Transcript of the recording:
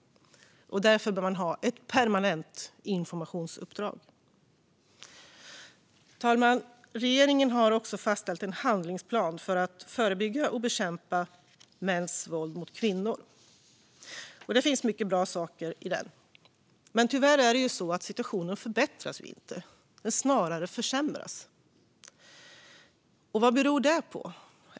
Därför bör det finnas ett permanent informationsuppdrag. Fru talman! Regeringen har också fastställt en handlingsplan för att förebygga och bekämpa mäns våld mot kvinnor. Det finns mycket bra saker i den. Men tyvärr förbättras inte situationen, utan snarare försämras den. Vad beror det på?